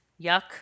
yuck